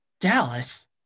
Dallas